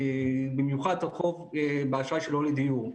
במיוחד את החוב באשראי שלא לדיור.